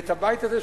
ואת הבית הזה,